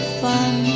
fun